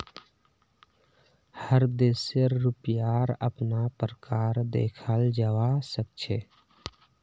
हर देशेर रुपयार अपना प्रकार देखाल जवा सक छे